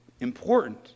important